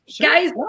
guys